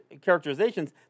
characterizations